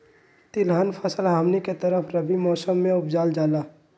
तिलहन फसल हमनी के तरफ रबी मौसम में उपजाल जाला